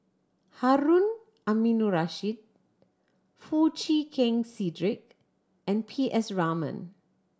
Harun Aminurrashid Foo Chee Keng Cedric and P S Raman